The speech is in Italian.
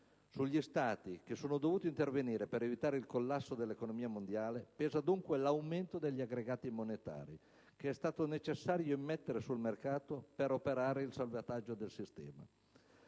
Sugli Stati, che sono dovuti intervenire per evitare il collasso dell'economia mondiale, pesa dunque l'aumento degli aggregati monetari che è stato necessario immettere sul mercato per operare il salvataggio del sistema.